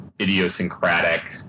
idiosyncratic